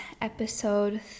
episode